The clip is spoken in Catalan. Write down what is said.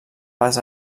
pas